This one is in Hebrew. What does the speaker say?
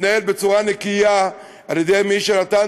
והתנהל בצורה נקייה על ידי מי שנתן